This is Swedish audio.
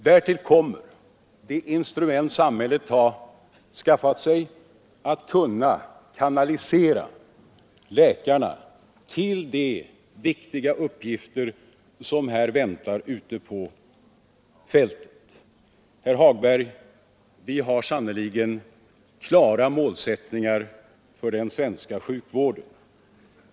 Därtill kommer de instrument samhället har skaffat sig för att kunna kanalisera läkare till de viktiga uppgifter som väntar ute på fältet. Herr Hagberg! Vi har sannerligen klara målsättningar för den svenska sjukvården.